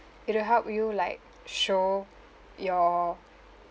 it'll help you like show your